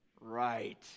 right